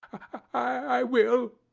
i will,